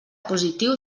positiu